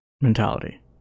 mentality